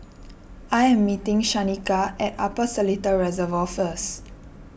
I am meeting Shanika at Upper Seletar Reservoir first